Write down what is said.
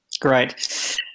Great